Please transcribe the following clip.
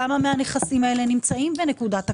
כמה מהנכסים האלה נמצאים בנקודת הקצה?